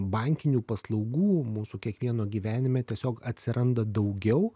bankinių paslaugų mūsų kiekvieno gyvenime tiesiog atsiranda daugiau